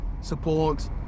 support